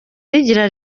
rigira